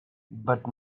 but